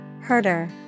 Herder